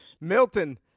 Milton